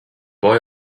boy